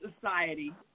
society